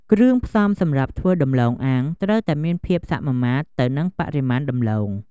គ្រឿងផ្សំសម្រាប់ធ្វើដំឡូងអាំងត្រូវតែមានភាពសមាមាត្រទៅនឹងបរិមាណដំឡូង។